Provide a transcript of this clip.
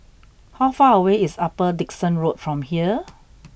how far away is Upper Dickson Road from here